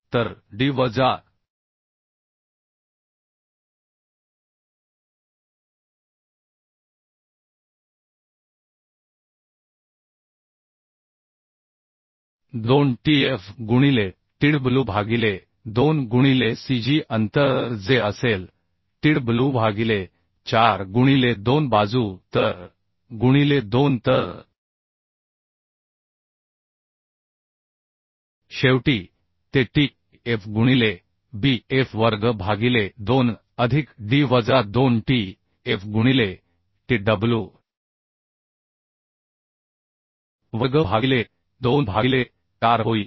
तर D वजा 2 Tf गुणिले Tw भागिले 2 गुणिले cg अंतर जे असेल Twभागिले 4 गुणिले 2 बाजू तर गुणिले 2 तर शेवटी ते T f गुणिले B f वर्ग भागिले 2 अधिक D वजा 2 T f गुणिले T w वर्ग भागिले 2 भागिले 4 होईल